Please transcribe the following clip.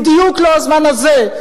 בדיוק לא הזמן הזה,